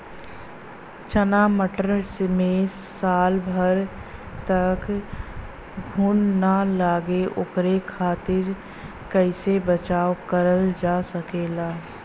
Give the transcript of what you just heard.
चना मटर मे साल भर तक घून ना लगे ओकरे खातीर कइसे बचाव करल जा सकेला?